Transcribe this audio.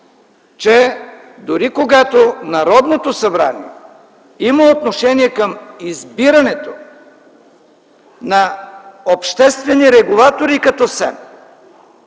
че дори когато Народното събрание има отношение към избирането на обществени регулатори като СЕМ,